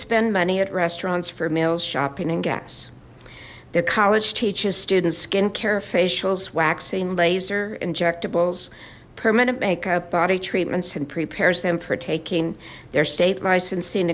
spend money at restaurants for meals shopping and gas the college teaches students skin care facials waxing laser injectables permanent makeup body treatments and prepares them for taking their state licensing